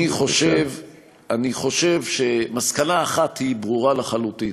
אני חושב שמסקנה אחת היא ברורה לחלוטין,